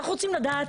אנחנו רוצים לדעת,